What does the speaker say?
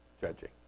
judging